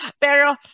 Pero